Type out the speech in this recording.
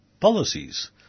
policies